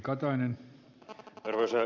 arvoisa puhemies